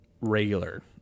regular